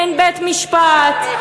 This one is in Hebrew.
אין בית-משפט,